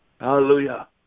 Hallelujah